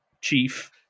Chief